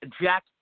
Jack